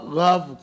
love